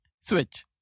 Switch